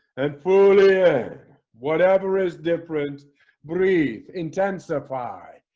and fullier whatever is different breathe intensify,